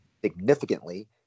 significantly